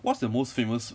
what's their most famous